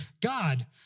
God